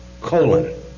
Colon